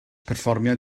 perfformiad